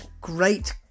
great